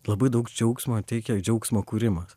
labai daug džiaugsmo teikia džiaugsmo kūrimas